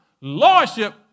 Lordship